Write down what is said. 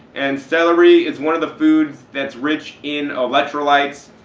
and celery is one of the foods that's rich in electrolytes.